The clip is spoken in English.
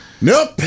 Nope